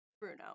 Bruno